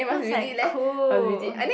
then I was like cool